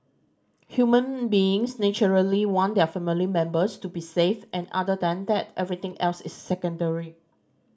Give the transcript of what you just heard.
human beings naturally want their family members to be safe and other than that everything else is secondary